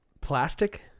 plastic